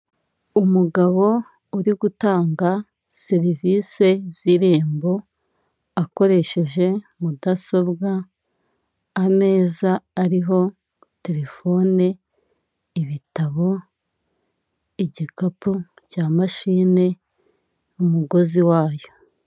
Umugabo uri gutanga serivisi z'irembo akoresheje mudasobwa. ameza ariho telefone, ibitabo, igikapu cya mashine n'umugozi wayo.